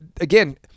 again